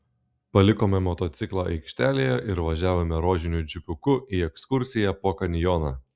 palikome motociklą aikštelėje ir važiavome rožiniu džipuku į ekskursiją po kanjoną